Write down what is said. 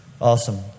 Awesome